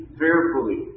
fearfully